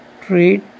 trade